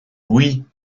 oui